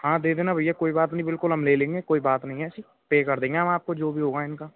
हाँ देखना भैया कोई बात नहीं बिल्कुल हम ले लेंगे कोई बात नहीं है पे कर देंगे हम आपको जो भी होगा इनका